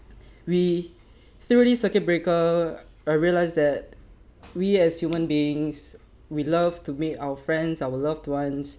we through this circuit breaker I realized that we as human beings we love to meet our friends our loved ones